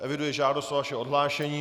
Eviduji žádost o vaše odhlášení.